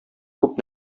күп